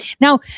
Now